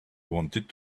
wanted